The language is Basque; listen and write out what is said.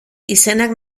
izenak